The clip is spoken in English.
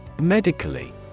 Medically